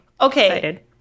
Okay